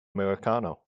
americano